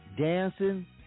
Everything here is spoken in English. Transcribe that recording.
Dancing